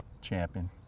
champion